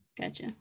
Gotcha